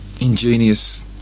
ingenious